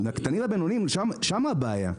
לקטנים והבינוניים, שם הבעיה.